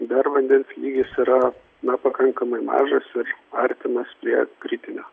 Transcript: dar vandens lygis yra na pakankamai mažas ir artinas prie kritinio